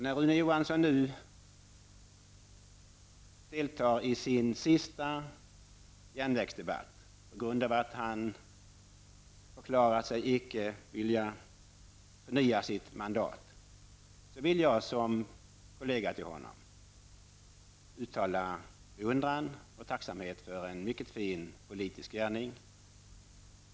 När Rune Johansson nu deltar i sin sista järnvägsdebatt -- på grund av att han förklarat sig icke vilja förnya sitt mandat -- vill jag som kollega till honom uttala beundran och tacksamhet för en mycket fin politisk gärning.